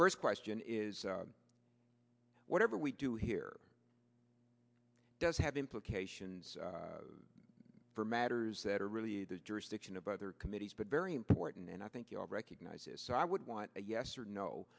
first question is whatever we do here does have implications for matters that are really at the jurisdiction of other committees but very important and i think you all recognize it so i would want a yes or no